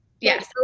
yes